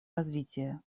развития